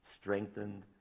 Strengthened